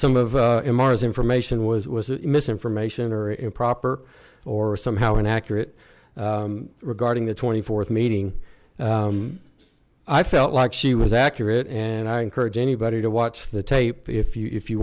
some of the mars information was misinformation or improper or somehow inaccurate regarding the twenty fourth meeting i felt like she was accurate and i encourage anybody to watch the tape if you if you